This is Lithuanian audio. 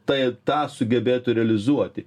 tai tą sugebėtų realizuoti